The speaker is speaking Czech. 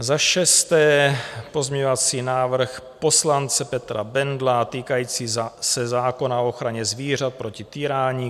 Za šesté pozměňovací návrh poslance Petra Bendla týkající se zákona o ochraně zvířat proti týrání.